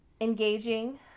engaging